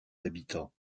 habitants